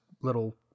little